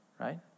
right